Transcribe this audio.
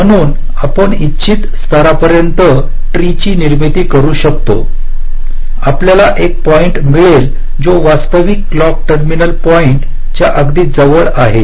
म्हणून आपण इच्छित स्तरापर्यंत ट्री ची निर्मिती करू शकतो आपल्याला एक पॉईंट् मिळेल जो वास्तविक क्लॉक टर्मिनल पॉईंट् च्या अगदी जवळ आहे